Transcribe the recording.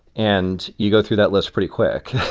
and you go through that list pretty quick